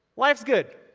life's good.